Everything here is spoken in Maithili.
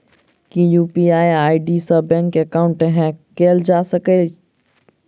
की यु.पी.आई आई.डी सऽ बैंक एकाउंट हैक कैल जा सकलिये?